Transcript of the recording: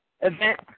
event